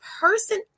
person